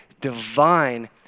divine